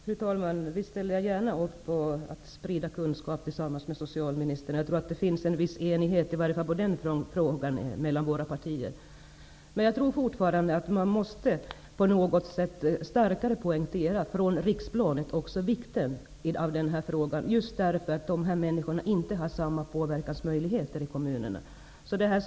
Fru talman! Visst ställer jag gärna upp för att sprida kunskap tillsammans med socialministern. Jag tror att det finns en viss enighet i varje fall i denna fråga mellan våra partier. Jag tror fortfarande att man från riksplanet på något sätt måste starkare poängtera vikten av den här frågan, just därför att dessa människor inte har samma påverkansmöjligheter i kommunerna som andra.